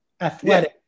athletic